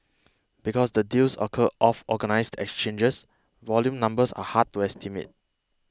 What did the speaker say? because the deals occur off organised exchanges volume numbers are hard to estimate